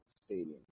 Stadium